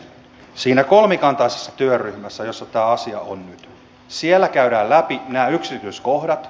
siinä kolmikantaisessa työryhmässä jossa tämä asia on nyt käydään läpi nämä yksityiskohdat